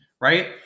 right